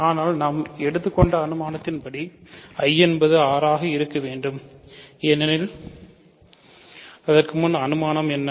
ஆனால் நாம் எடுத்துக்கொண்ட அனுமானத்தின் படி I என்பது R ஆக இருக்க வேண்டும் ஏனெனில் அனுமானம் என்ன